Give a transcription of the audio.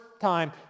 time